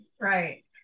Right